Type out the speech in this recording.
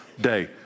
day